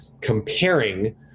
comparing